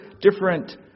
different